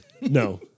no